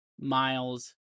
Miles